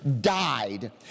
died